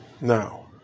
Now